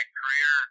career